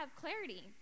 clarity